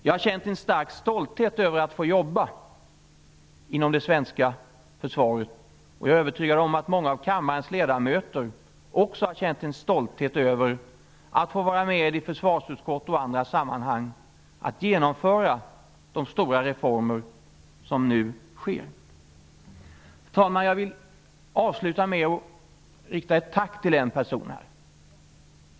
Jag har känt en stark stolthet över att få jobba inom det svenska försvaret, och jag är övertygad om att många av kammarens ledamöter har känt stolthet över att få vara med i försvarsutskott och andra sammanhang och genomföra de stora reformer som nu är aktuella. Herr talman! Jag vill avsluta med att rikta ett tack till en person.